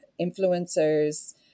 influencers